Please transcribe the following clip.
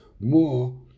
more